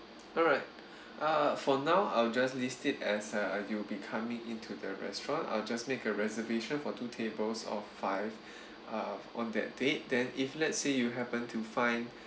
alright uh for now I'll just list it as uh you'll be coming into the restaurant I'll just make a reservation for two tables of five uh on that date then if let's say you happen to find